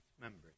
members